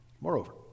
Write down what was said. Moreover